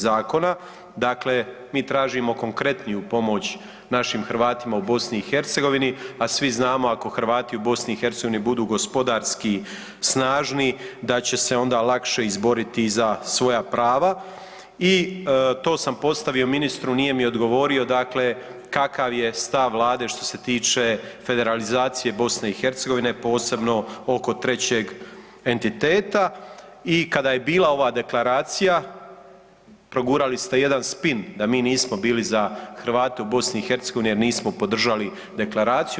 Zakona, dakle mi tražimo konkretniju pomoć našim Hrvatima u BiH, a svi znamo ako Hrvati u BiH budu gospodarski snažni da će se onda lakše izboriti za svoja prava i to sam postavio ministru nije mi odgovorio dakle kakav je stav Vlade što se tiče federalizacije BiH posebno oko 3 entiteta i kada je bila ova deklaracija progurali ste jedan spin da mi nismo bili za Hrvate u BIH jer nismo podržali deklaraciju.